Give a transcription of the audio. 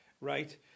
right